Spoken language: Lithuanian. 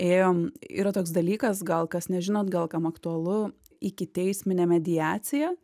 ėjom yra toks dalykas gal kas nežinot gal kam aktualu ikiteisminė mediacija